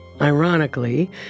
Ironically